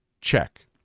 check